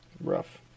Rough